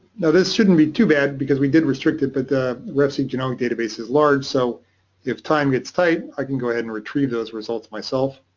now this shouldn't be too bad because we did restrict it, but the refseq you know database is large, so if time gets tight i can go ahead and retrieve those results myself,